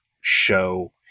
show